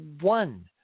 one